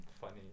funny